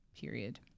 period